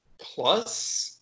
Plus